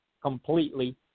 completely